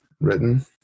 written